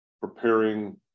preparing